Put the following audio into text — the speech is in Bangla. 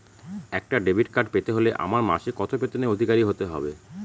একটা ডেবিট কার্ড পেতে হলে আমার মাসিক কত বেতনের অধিকারি হতে হবে?